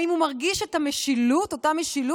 האם הוא מרגיש את המשילות, אותה משילות/השתלטות?